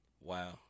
wow